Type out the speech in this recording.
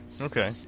Okay